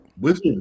Wizard